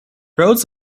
rhodes